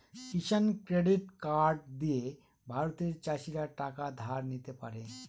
কিষান credit card দিয়ে ভারতের চাষীরা টাকা ধার নিতে পারে